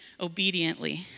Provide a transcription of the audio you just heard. obediently